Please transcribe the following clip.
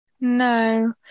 No